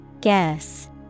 Guess